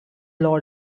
load